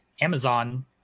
Amazon